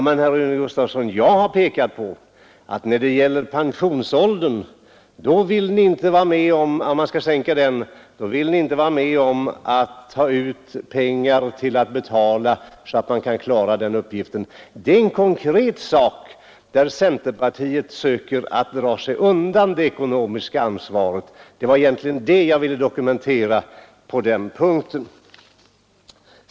Men, herr Gustavsson, jag har pekat på att när det gäller pensionsåldern vill ni inte vara med om att ta ut pengar till att betala så att man kan klara den uppgiften. Det är ett konkret fall där centerpartiet söker dra sig undan det ekonomiska ansvaret. Det var egentligen det jag ville dokumentera på den punkten.